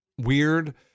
weird